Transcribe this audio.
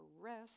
rest